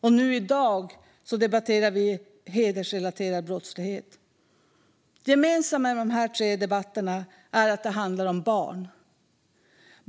Och nu, i dag, debatterar vi hedersrelaterad brottslighet. Det gemensamma för dessa tre debatter är att det handlar om barn.